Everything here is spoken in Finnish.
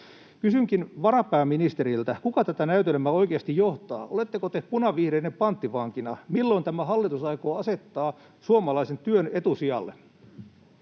Kysynkin varapääministeriltä: Kuka tätä näytelmää oikeasti johtaa? Oletteko te punavihreiden panttivankina? Milloin tämä hallitus aikoo asettaa suomalaisen työn etusijalle?